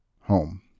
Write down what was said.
home